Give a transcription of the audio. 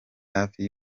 hafi